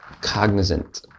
cognizant